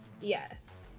Yes